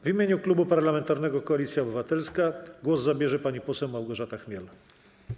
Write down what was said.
W imieniu Klubu Parlamentarnego Koalicja Obywatelska głos zabierze pani poseł Małgorzata Chmiel.